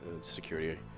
security